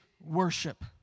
worship